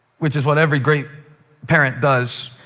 which is what every great parent does